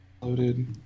Loaded